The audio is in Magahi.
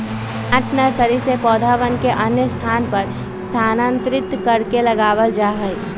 प्लांट नर्सरी से पौधवन के अन्य स्थान पर स्थानांतरित करके लगावल जाहई